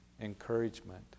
encouragement